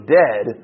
dead